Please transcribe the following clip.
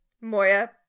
Moya